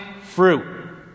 fruit